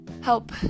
help